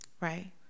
Right